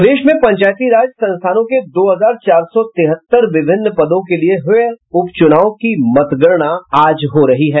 प्रदेश में पंचायती राज संस्थानों के दो हजार चार सौ तिहत्तर विभिन्न पदों के लिये हुए उप चुनाव की मतगणना आज हो रही है